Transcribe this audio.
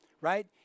right